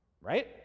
Right